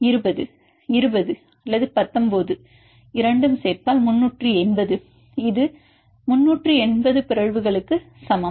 மாணவர்20 20 மாணவர் 19 19 மாணவர் 380 இது 380 பிறழ்வுகளுக்கு சமம்